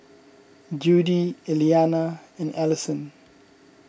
Judy Eliana and Allyson